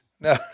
No